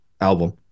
album